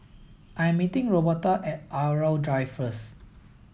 I 'm meeting Roberta at Irau Drive first